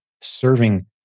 serving